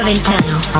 internal